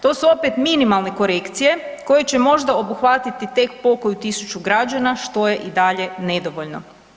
To su opet minimalne korekcije koje će možda obuhvatiti tek pokoju tisuću građana što je i dalje nedovoljno.